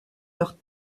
leurs